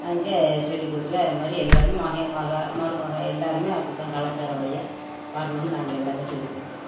நாங்கள் சொல்லிக் கொடுத்துருக்கோம் அது மாதிரி எல்லாரும் மகன் மகள் மருமகள் எல்லாரும் அப்படி தான் கலாச்சாரம் வழியா வரணுன்னு நாங்கள் எல்லாமே சொல்லிக் கொடுத்துருக்கோம்